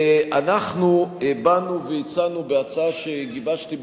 אנחנו באנו והצענו בהצעה שגיבשתי,